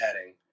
adding